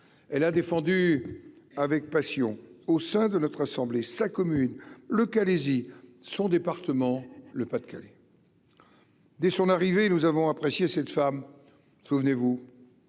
elle a défendu avec passion au sein de notre assemblée sa commune le Calaisis, son département, le Pas-de-Calais, dès son arrivée, nous avons apprécié cette femme, souvenez-vous,